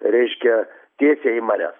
reiškia tiesiai į marias